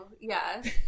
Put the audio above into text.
Yes